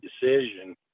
decision